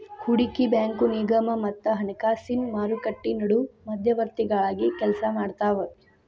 ಹೂಡಕಿ ಬ್ಯಾಂಕು ನಿಗಮ ಮತ್ತ ಹಣಕಾಸಿನ್ ಮಾರುಕಟ್ಟಿ ನಡು ಮಧ್ಯವರ್ತಿಗಳಾಗಿ ಕೆಲ್ಸಾಮಾಡ್ತಾವ